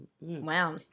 Wow